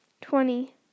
Twenty